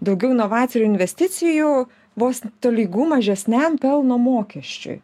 daugiau inovacijų ir investicijų bus tolygu mažesniam pelno mokesčiui